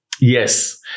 Yes